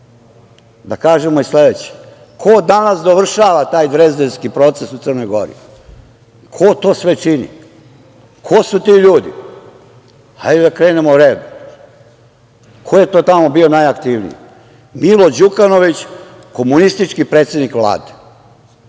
da kažemo i sledeće. Ko danas dovršava taj Drezdenski proces u Crnoj Gori, ko to sve čini, ko su ti ljudi? Hajde da krenemo redom. Ko je to tamo bio najaktivniji? Milo Đukanović, komunistički predsednik vlade,